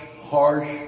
harsh